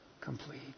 complete